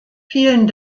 vielen